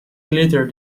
glitter